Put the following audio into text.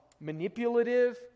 manipulative